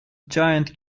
giant